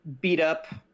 beat-up